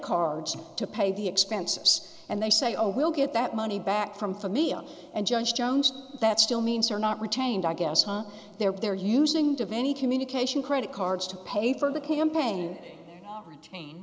cards to pay the expenses and they say oh we'll get that money back from for me up and judge jones that still means are not retained i guess up there they're using to veni communication credit cards to pay for the campaign or train